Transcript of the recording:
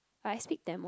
I speak Tamil